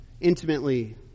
intimately